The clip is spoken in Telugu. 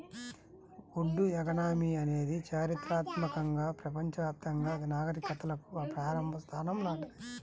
వుడ్ ఎకానమీ అనేది చారిత్రాత్మకంగా ప్రపంచవ్యాప్తంగా నాగరికతలకు ప్రారంభ స్థానం లాంటిది